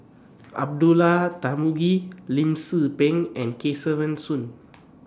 Abdullah Tarmugi Lim Tze Peng and Kesavan Soon